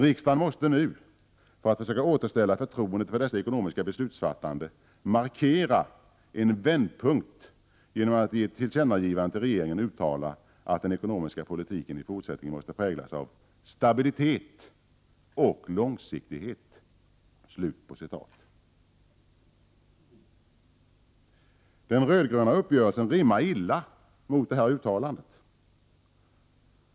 Riksdagen måste nu, för att försöka återställa förtroendet för dess ekonomiska beslutsfattande, markera en vändpunkt genom att i ett tillkännagivande till regeringen uttala att den ekonomiska politiken i fortsättningen måste präglas av stabilitet och långsiktighet.” Den röd-gröna uppgörelsen rimmar illa med detta uttalande.